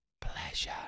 pleasure